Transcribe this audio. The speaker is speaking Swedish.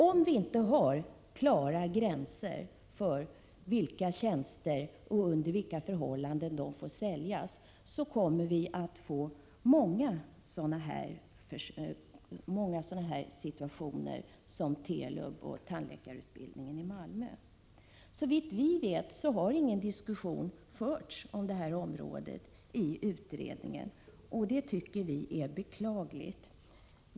Om vi inte har klara gränser för vilka tjänster som får säljas och för under vilka förhållanden de får säljas, kommer vi att få många sådana fall som Telub-affären och tandläkarutbildningen i Malmö. Såvitt vi vet har det inom utredningen inte förts någon diskussion om sådana frågor, och det tycker vi är beklagligt. Herr talman!